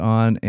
on